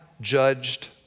judged